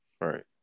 right